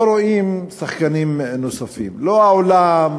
לא רואים שחקנים נוספים, לא העולם,